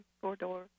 four-door